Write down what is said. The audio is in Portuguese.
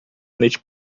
noite